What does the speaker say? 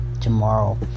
tomorrow